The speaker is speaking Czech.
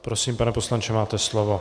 Prosím, pane poslanče, máte slovo.